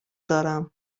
دارم